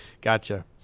Gotcha